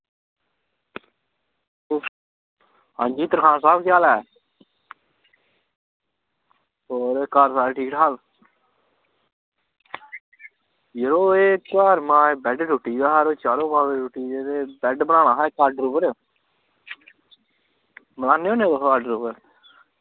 हां जी तरखान साह्व केह् हाल ऐ होर घऱ बाह्र ठीक ठाक ते जरो एह् घर माए बैड त्रुट्टी दा हा ते चारो पावे त्रुट्टी दे ते बैड बनाना हा इक आर्डर पर बनाने होने तुस आर्डर उप्पर